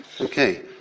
Okay